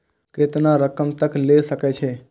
केतना रकम तक ले सके छै?